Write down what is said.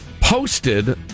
posted